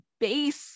base